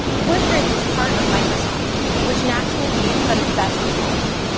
flipgrid is part of microsoft, which naturally means that it's best on edge.